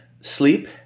sleep